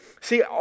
See